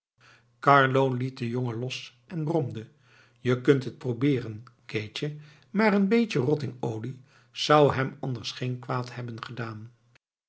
carlo liet den jongen los en bromde je kunt het probeeren keetje maar een beetje rottingolie zou hem anders geen kwaad hebben gedaan